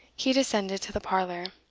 he descended to the parlour.